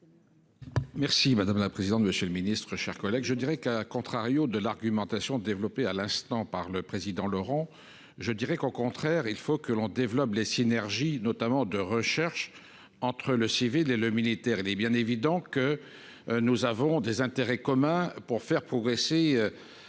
Merci madame la présidente. Monsieur le Ministre, chers collègues, je dirais qu'a contrario de l'argumentation développée à l'instant par le président Laurent je dirais qu'au contraire il faut que l'on développe les synergies notamment de recherche entre le civil et le militaire. Il est bien évident que. Nous avons des intérêts communs pour faire progresser